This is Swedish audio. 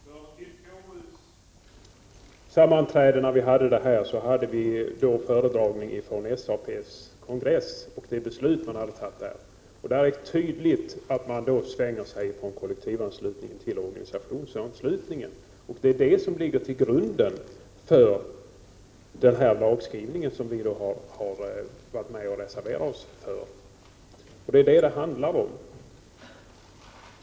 Fru talman! Från ärlighetssynpunkt tycker jag att man borde läsa igenom alla papper om man skall vara ett partis företrädare i en fråga. Vid KU:s sammanträde fick vi en föredragning beträffande vilket beslut man hade fattat på SAP:s kongress. Det är tydligt att man svänger över från kollektivanslutning till organisationsanslutning, och det är det som ligger bakom den skrivning som vi har varit med om att reservera oss för. Det är vad det handlar om.